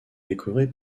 décoré